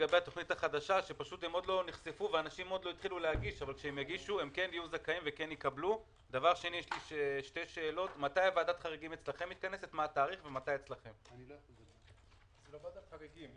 אלא אם כן שוב יגידו שזה עדיין לא מספיק להם,